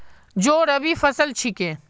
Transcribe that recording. जौ रबी फसल छिके